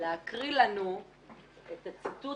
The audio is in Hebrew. להקריא לנו את הציטוט